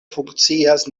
funkcias